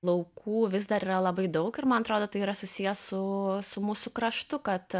laukų vis dar yra labai daug ir man atrodo tai yra susiję su su mūsų kraštu kad